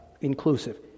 inclusive